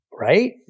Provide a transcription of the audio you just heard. right